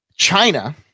China